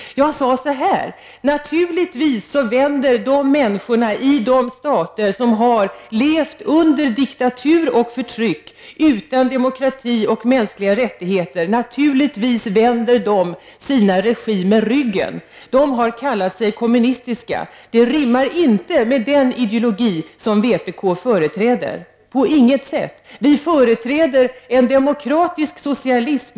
Jag sade så här: Naturligtvis vänder människorna regimen ryggen i de stater som har levt under diktatur och förtryck utan demokrati och mänskliga rättigheter. Dessa regimer har kallat sig kommunistiska. Det rimmar inte med den ideologi som vpk företräder, på inget sätt. Vi företräder en demokratisk socialism.